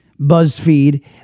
buzzfeed